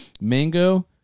mango